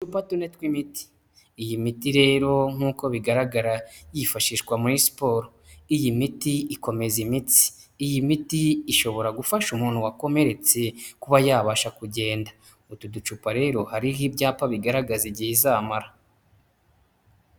Uducupa tune tw'imiti, iyi miti rero nk'uko bigaragara yifashishwa muri siporo. Iyi miti ikomeza imitsi, iyi miti ishobora gufasha umuntu wakomeretse kuba yabasha kugenda. Utu ducupa rero hariho ibyapa bigaragaza igihe izamara.